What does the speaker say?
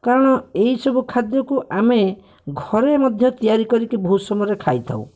କାରଣ ଏହିସବୁ ଖାଦ୍ୟକୁ ଆମେ ଘରେ ମଧ୍ୟ ତିଆରି କରିକି ବହୁତ ସମୟରେ ଖାଇଥାଉ